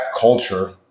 culture